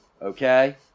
Okay